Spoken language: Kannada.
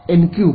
N cube